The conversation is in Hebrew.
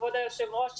כבוד היושב ראש,